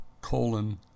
colon